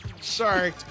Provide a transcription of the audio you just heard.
Sorry